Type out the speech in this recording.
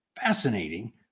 fascinating